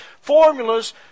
formulas